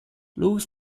louis